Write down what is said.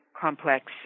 complex